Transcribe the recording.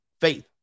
Faith